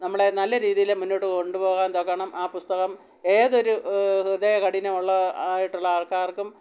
നമ്മളെ നല്ല രീതിയിൽ മുന്നോട്ടു കൊണ്ടു പോകാൻ തക്കോണം ആ പുസ്തകം ഏതൊരു ഹൃദയ കഠിനം ഉള്ള ആയിട്ടുള്ള ആൾക്കാർക്കും